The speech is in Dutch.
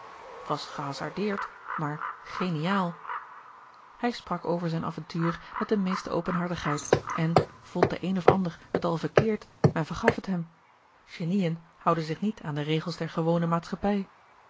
t was gehasardeerd maar geniaal hij sprak over zijn avontuur met de meeste openhartigheid en vond de een of ander het al verkeerd men vergaf het hem geniën houden zich niet aan de regels der gewone maatschappij